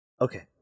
Okay